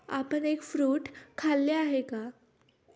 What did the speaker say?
आपण egg fruit खाल्ले आहे का?